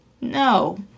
no